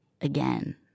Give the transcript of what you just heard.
again